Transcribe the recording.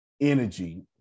energy